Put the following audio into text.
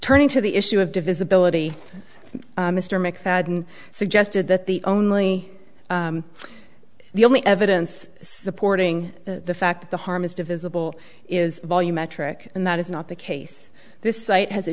turning to the issue of divisibility mr mcfadden suggested that the only the only evidence supporting the fact that the harm is divisible is volumetric and that is not the case this site has a